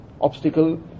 obstacle